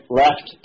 left